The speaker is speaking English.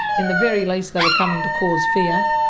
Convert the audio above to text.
in the very least they were coming to cause fear,